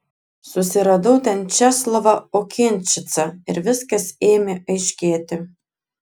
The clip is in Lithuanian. susiradau ten česlovą okinčicą ir viskas ėmė aiškėti